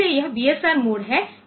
इसलिए यह BSR mode है